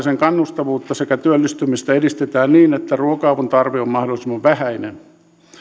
sen kannustavuutta sekä työllistymistä edistetään niin että ruoka avun tarve on mahdollisimman vähäinen